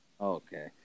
okay